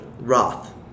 Roth